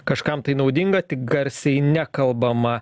kažkam tai naudinga tik garsiai nekalbama